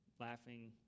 laughing